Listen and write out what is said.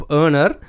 earner